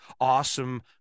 awesome